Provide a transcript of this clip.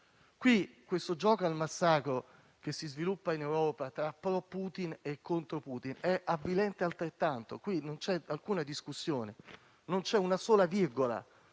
pena? Il gioco al massacro che si sviluppa in Europa tra i pro Putin e i contro Putin è altrettanto avvilente. Qui non c'è alcuna discussione, non c'è una sola virgola